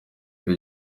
icyo